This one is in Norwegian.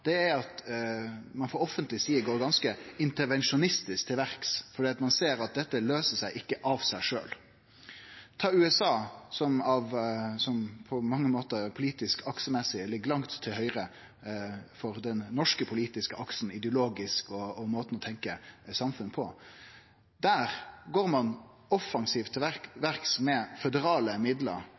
land, er at ein frå offentleg side går ganske intervensjonistisk til verks, for ein ser at dette ikkje løyser seg av seg sjølv. Om vi tar USA, som på mange måtar politisk aksemessig ligg langt til høgre for den norske politiske aksen ideologisk sett og i måten ein tenkjer samfunn på, går ein der offensivt til verks med føderale midlar,